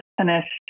finished